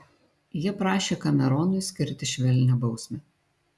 jie prašė kameronui skirti švelnią bausmę